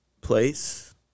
place